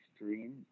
extreme